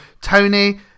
Tony